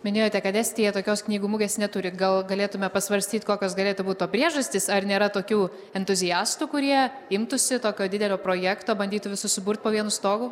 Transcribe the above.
minėjote kad estija tokios knygų mugės neturi gal galėtumė pasvarstyti kokios galėtų būti to priežastys ar nėra tokių entuziastų kurie imtųsi tokio didelio projekto bandytų visus suburt po vienu stogu